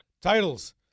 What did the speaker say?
titles